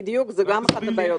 בדיוק, זו גם אחת הבעיות.